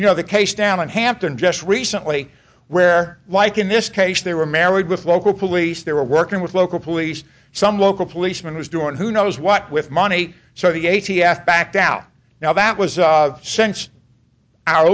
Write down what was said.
you know the case down in hampton just recently where like in this case they were married with local police they were working with local police some local policeman was doing who knows what with money so the a t f backed out now that was since our